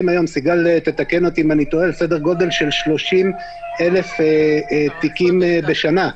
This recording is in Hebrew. היום על סדר גודל של 30,000 תיקים בשנה.